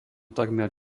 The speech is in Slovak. takmer